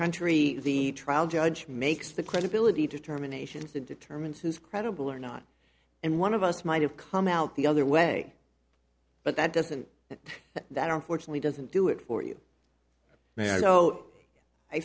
country the trial judge makes the credibility determinations to determine who's credible or not and one of us might have come out the other way but that doesn't mean that unfortunately doesn't do it for you